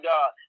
God